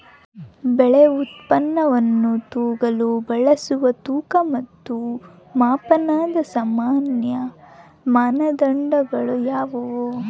ಬೆಳೆ ಉತ್ಪನ್ನವನ್ನು ತೂಗಲು ಬಳಸುವ ತೂಕ ಮತ್ತು ಮಾಪನದ ಸಾಮಾನ್ಯ ಮಾನದಂಡಗಳು ಯಾವುವು?